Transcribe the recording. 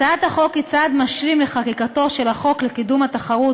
הצעת החוק היא צעד משלים לחקיקתו של החוק לקידום התחרות